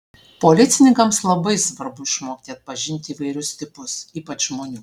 policininkams labai svarbu išmokti atpažinti įvairius tipus ypač žmonių